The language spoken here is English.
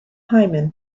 hymen